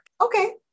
Okay